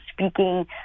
speaking